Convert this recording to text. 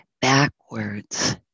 backwards